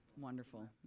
Wonderful